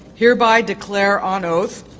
hereby declare on oath,